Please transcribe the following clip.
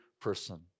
person